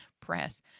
press